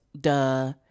duh